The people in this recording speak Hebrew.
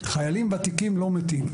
"חיילים ותיקים לא מתים"